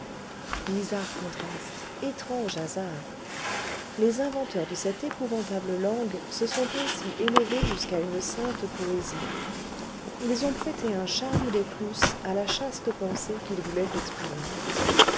bizarre contraste étrange hasard les inventeurs de cette épouvantable langue se sont ainsi élevés jusqu'à une sainte poésie ils ont prêté un charme de plus à la chaste pensée qu'ils voulaient exprimer